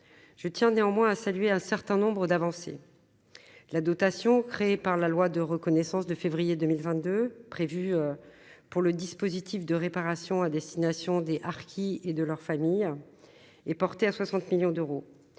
je tiens néanmoins à saluer un certain nombre d'avancées, la dotation créé par la loi de reconnaissance de février 2022 prévu pour le dispositif de réparation à destination des harkis et de leurs familles et portée à 60 millions d'euros,